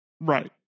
Right